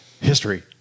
History